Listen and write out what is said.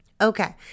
Okay